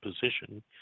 position